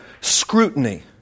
scrutiny